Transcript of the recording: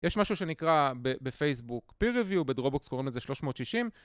יש משהו שנקרא בפייסבוק Peer Review, בדרובוקס קוראים לזה 360.